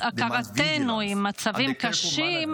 ההיכרות שלנו עם מצוקה גרמה